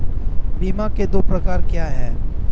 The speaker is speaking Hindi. बीमा के दो प्रकार क्या हैं?